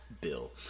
bill